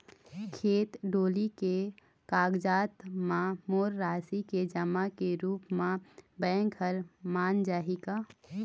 खेत डोली के कागजात म मोर राशि के जमा के रूप म बैंक हर मान जाही का?